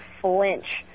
flinch